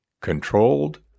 controlled